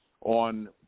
on